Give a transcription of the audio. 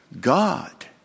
God